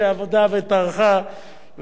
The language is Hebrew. שעבדה וטרחה,